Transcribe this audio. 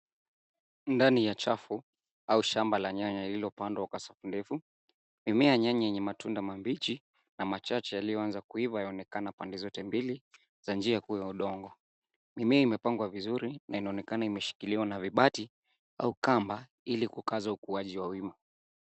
Ndani ya chafu au shamba la nyanya lililoandwa kwa safu ndefu. Mimea ya nyanya enye matunda mambichi na machache yaliyoanza kuiva yanaonekana pande zote mbili za njia huo wa udongo. Mimea imepangwa vizuri na inaoekana imeshikiliwa na vibati au kamba ili kukaza ukuaji wa wima.